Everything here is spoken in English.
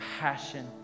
passion